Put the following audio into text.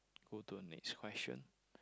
go to the next question